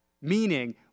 meaning